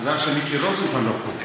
מזל שמיקי רוזנטל לא פה.